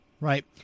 right